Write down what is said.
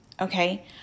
okay